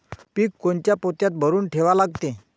पीक कोनच्या पोत्यात भरून ठेवा लागते?